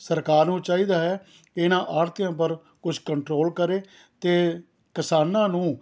ਸਰਕਾਰ ਨੂੰ ਚਾਹੀਦਾ ਹੈ ਕਿ ਇਨ੍ਹਾਂ ਆੜ੍ਹਤੀਆਂ ਪਰ ਕੁਛ ਕੰਟਰੋਲ ਕਰੇ ਅਤੇ ਕਿਸਾਨਾਂ ਨੂੰ